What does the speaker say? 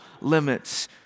limits